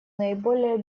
наиболее